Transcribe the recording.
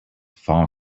far